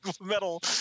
metal